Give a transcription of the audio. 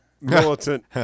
militant